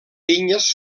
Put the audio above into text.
pinyes